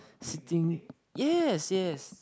sitting yes yes